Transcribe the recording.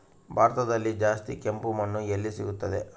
ಭಾರತದಲ್ಲಿ ಜಾಸ್ತಿ ಕೆಂಪು ಮಣ್ಣು ಎಲ್ಲಿ ಸಿಗುತ್ತದೆ?